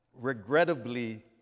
regrettably